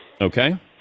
okay